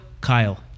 Kyle